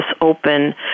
open